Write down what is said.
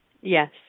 Yes